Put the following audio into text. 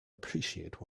appreciate